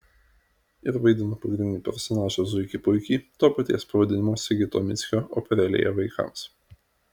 ir vaidinu pagrindinį personažą zuikį puikį to paties pavadinimo sigito mickio operėlėje vaikams